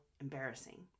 embarrassing